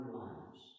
lives